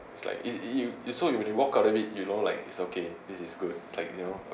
it's like is it you they saw when you walk out of it you know like it's okay this is good you know